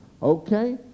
okay